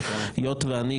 היות שאני,